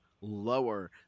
lower